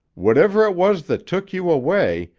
whatever it was that took you away,